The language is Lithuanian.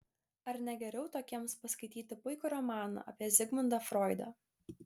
ar ne geriau tokiems paskaityti puikų romaną apie zigmundą froidą